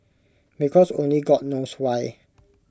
because only God knows why